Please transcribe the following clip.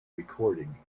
recording